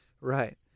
Right